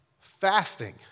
fasting